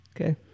Okay